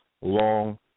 long